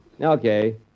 Okay